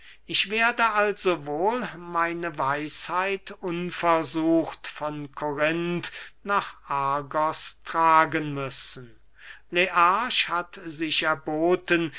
ich werde also wohl meine weisheit unversucht von korinth nach argos tragen müssen learch hat sich erboten